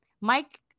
Mike